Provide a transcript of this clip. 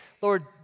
Lord